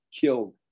killed